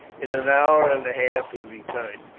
in an hour and a half he returned.